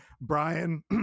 Brian